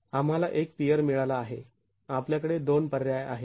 आम्हाला एक पियर मिळाला आहे आपल्याकडे दोन पर्याय आहेत